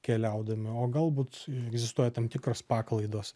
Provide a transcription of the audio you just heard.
keliaudami o galbūt egzistuoja tam tikros paklaidos